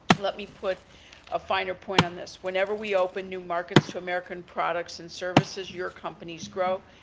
let me put a finer point on this. whenever we open new markets to american products and services, your companies grow,